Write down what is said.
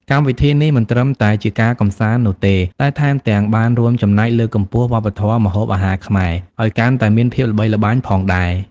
កម្មវិធីនេះមិនត្រឹមតែជាការកម្សាន្តនោះទេ តែថែមទាំងបានរួមចំណែកលើកកម្ពស់វប្បធម៌ម្ហូបអាហារខ្មែរឲ្យកាន់តែមានភាពល្បីល្បាញផងដែរ។